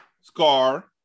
scar